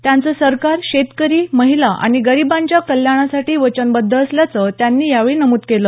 त्यांचं सरकार शेतकरी महिला आणि गरिबांच्या कल्याणासाठी वचनबद्ध असल्याचं त्यांनी यावेळी नमुद केलं